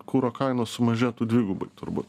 kuro kainos sumažėtų dvigubai turbūt